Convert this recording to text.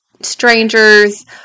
strangers